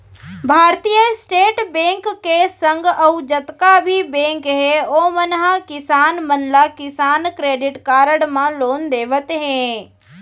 भारतीय State Bank के संग अउ जतका भी बेंक हे ओमन ह किसान मन ला किसान क्रेडिट कारड म लोन देवत हें